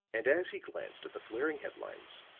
and as he glanced at the flaring headlines,